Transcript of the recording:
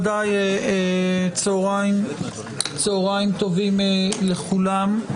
מכובדי, צהרים טובים לכולם.